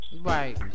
Right